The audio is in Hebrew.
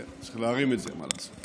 כן, צריך להרים את זה, מה לעשות,